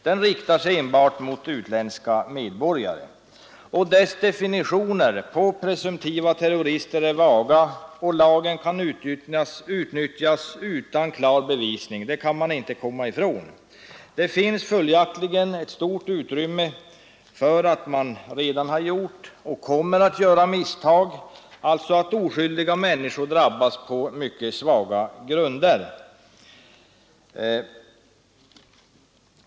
Den riktar sig enbart mot utländska medborgare, dess definitioner på presumtiva terrorister är vaga och den kan utnyttjas utan klar bevisning — det kan man inte heller komma ifrån. Det finns följaktligen ett stort utrymme för misstag, som man redan har gjort och kommer att göra i fortsättningen. Oskyldiga människor kan drabbas på mycket svaga grunder.